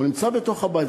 הוא נמצא בתוך הבית,